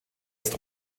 ist